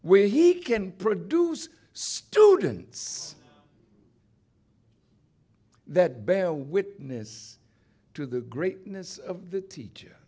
where he can produce students that bear witness to the greatness of the teacher